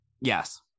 Yes